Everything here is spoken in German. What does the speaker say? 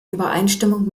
übereinstimmung